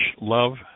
love